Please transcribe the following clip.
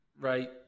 Right